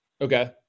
okay